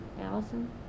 Allison